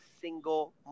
single